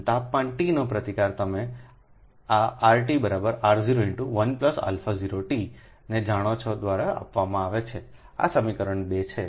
અને તાપમાન T ના પ્રતિકાર તમે આRTR01α0T નેજાણો છો દ્વારા આપવામાં આવે છે આ સમીકરણ 2 છે